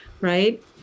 right